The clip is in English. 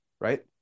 right